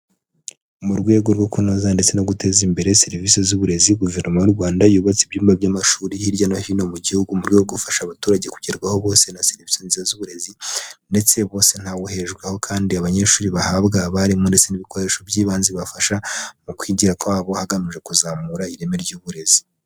Mu rwego rwo kunoza ndetse no guteza imbere serivisi z'uburezi Guverinoma y'u Rwanda yubatse ibyumba by'amashuri hirya no hino mu Gihugu mu rwego rwo gufasha abaturage kugerwaho bose na serivisi nziza z'uburezi, ndetse bose ntawe ubuhejweho kandi abanyeshuri bahabwa abarimu ndetse n'ibikoresho by'ibanze bibafasha mu kwigira kwabo hagamijwe kuzamura ireme ry'uburezi.